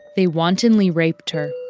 they wantonly raped her,